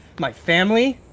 my family,